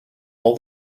all